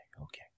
okay